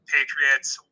Patriots